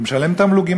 שמשלם תמלוגים.